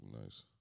nice